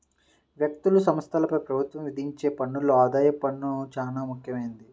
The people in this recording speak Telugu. వ్యక్తులు, సంస్థలపై ప్రభుత్వం విధించే పన్నుల్లో ఆదాయపు పన్ను చానా ముఖ్యమైంది